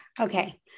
Okay